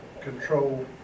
control